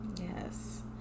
Yes